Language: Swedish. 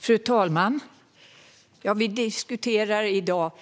Fru talman! Vi diskuterar i dag